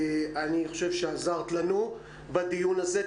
עזרת לנו בדיון הזה.